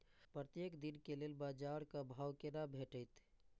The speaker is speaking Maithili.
प्रत्येक दिन के लेल बाजार क भाव केना भेटैत?